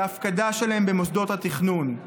של ההפקדה שלהן במוסדות התכנון.